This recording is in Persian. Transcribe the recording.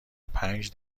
پنج